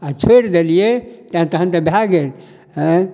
आओर छोड़ि देलिए तहन तऽ भऽ गेल आँए